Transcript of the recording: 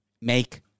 make